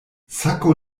sako